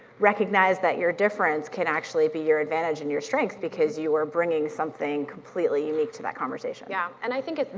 recognize that your difference can actually be your advantage and your strength because you are bringing something completely unique to that conversation. yeah and i think,